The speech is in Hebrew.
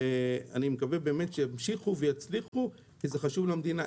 אני מקווה באמת שימשיכו ויצליחו כי זה חשוב למדינה.